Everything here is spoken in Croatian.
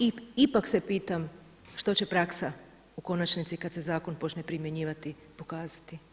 I ipak se pitam što će praksa u konačnici kada se zakon počne primjenjivati pokazati?